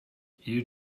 you